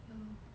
ya lor